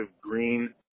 green